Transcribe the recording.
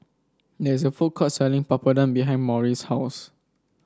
there is a food court selling Papadum behind Morris' house